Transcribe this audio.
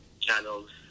channels